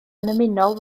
annymunol